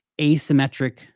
asymmetric